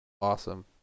Awesome